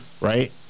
right